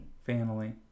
Family